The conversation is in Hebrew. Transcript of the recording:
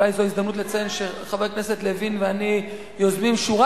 אולי זו ההזדמנות לציין שחבר הכנסת לוין ואני יוזמים שורה